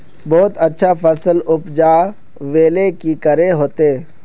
बहुत अच्छा फसल उपजावेले की करे होते?